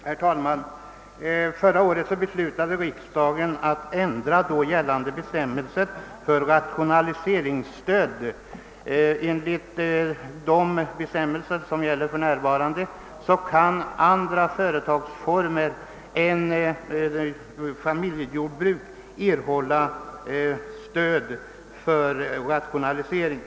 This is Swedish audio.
Herr talman! Förra året beslutade riksdagen att ändra då gällande bestämmelser för rationaliseringsstöd. Enligt de regler som nu tillämpas kan andra företagsformer än familjejordbruk erhålla stöd för rationalisering.